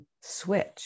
switch